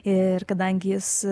ir kadangi jis